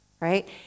Right